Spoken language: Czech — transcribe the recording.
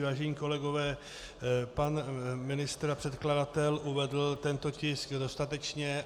Vážení kolegové, pan ministr a předkladatel uvedl tento tisk dostatečně.